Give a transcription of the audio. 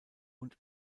und